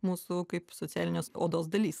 mūsų kaip socialinės odos dalis